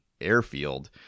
airfield